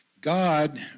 God